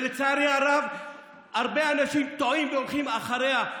ולצערי הרב הרבה אנשים טועים והולכים אחריה.